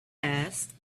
asked